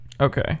Okay